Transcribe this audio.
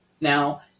Now